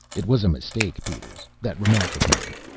it was a mistake, peters that remark of mine.